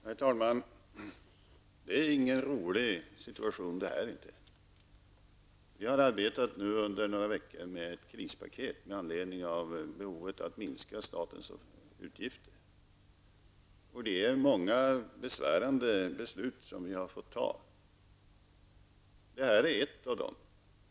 Herr talman! Detta är ingen rolig situation. Vi har under några veckor arbetat med ett krispaket med anledning av behovet av att minska statens utgifter. Det är många besvärande beslut som vi har fått fatta. Det här är ett av dem.